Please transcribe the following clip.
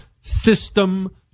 system